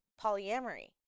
polyamory